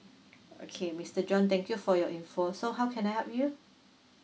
okay mister john thank you for your info so how can I help you